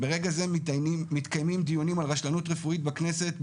אם ברגע זה מתקיימים דיונים על רשלנות רפואית בכנסת,